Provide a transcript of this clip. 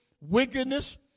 wickedness